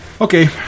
Okay